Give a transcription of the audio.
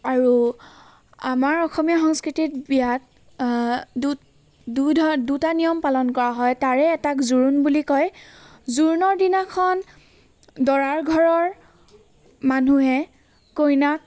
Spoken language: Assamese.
আৰু আমাৰ অসমীয়া সংস্কৃতিত বিয়াত দু দুই ধ দুটা নিয়ম পালন কৰা হয় তাৰে এটাক জোৰোন বুলি কয় জোৰোনৰ দিনাখন দৰাৰ ঘৰৰ মানুহে কইনাক